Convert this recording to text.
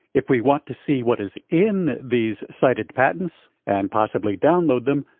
if we want to see what is in these cited patents, and possibly download them,